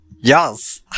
Yes